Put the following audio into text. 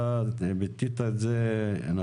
אתה ביטאת את זה נכון,